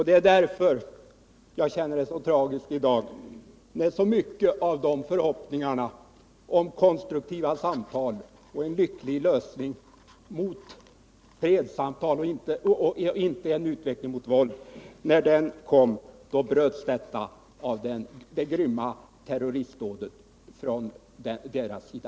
Det är därför jag känner det djupt tragiskt att så mycket av förhoppningar om konstruktiva kontakter och en lycklig lösning av fredssamtalen — inte en utveckling mot våld — grusades genom det grymma terroristdådet från palestiniernas sida.